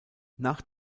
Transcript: nach